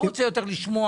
לא רוצה יותר לשמוע.